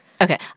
Okay